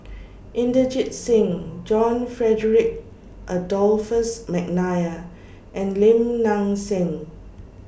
Inderjit Singh John Frederick Adolphus Mcnair and Lim Nang Seng